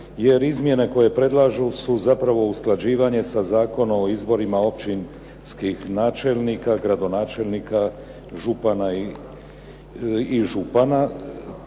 jer izmjene koje predlažu su zapravo usklađivanje sa Zakonom o izborima općinskih načelnika, gradonačelnika i župana